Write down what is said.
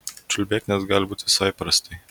čiulbėk nes gali būti visai prastai